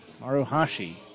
Maruhashi